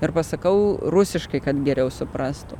ir pasakau rusiškai kad geriau suprastų